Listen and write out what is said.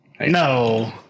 No